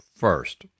First